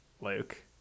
luke